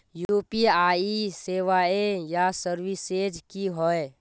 UPI सेवाएँ या services की होय?